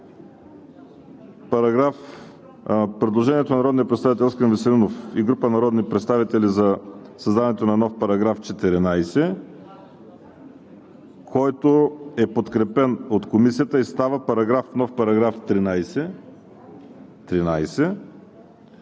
предложението на народния представител Искрен Веселинов и група народни представители за създаването на нов § 14, който е подкрепен от Комисията и става нов § 13,